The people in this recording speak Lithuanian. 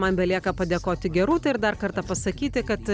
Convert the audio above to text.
man belieka padėkoti gerūtai ir dar kartą pasakyti kad